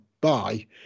bye